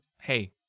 Hey